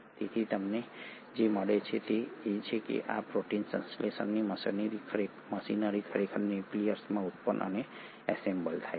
તેથી તમને જે મળે છે તે એ છે કે આ પ્રોટીન સંશ્લેષણ મશીનરી ખરેખર ન્યુક્લિઓલસમાં ઉત્પન્ન અને એસેમ્બલ થાય છે